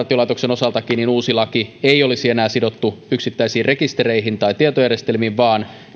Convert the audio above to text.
osaltakin uusi laki ei olisi enää sidottu yksittäisiin rekistereihin tai tietojärjestelmiin vaan